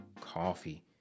coffee